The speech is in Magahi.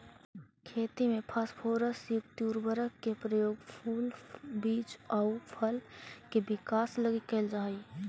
खेती में फास्फोरस युक्त उर्वरक के प्रयोग फूल, बीज आउ फल के विकास लगी कैल जा हइ